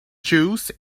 juice